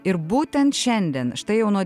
ir būtent šiandien štai jau nuo